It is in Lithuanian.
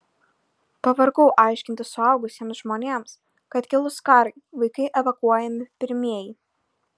pavargau aiškinti suaugusiems žmonėms kad kilus karui vaikai evakuojami pirmieji